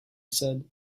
said